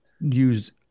use –